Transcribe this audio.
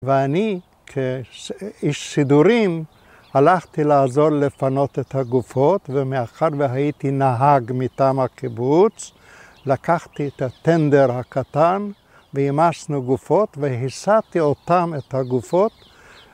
ואני כאיש סידורים, הלכתי לעזור לפנות את הגופות ומאחר והייתי נהג מטעם הקיבוץ לקחתי את הטנדר הקטן והעמסנו גופות והסעתי אותן, את הגופות